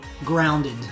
Grounded